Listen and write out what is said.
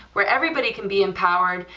where everybody can be empowered,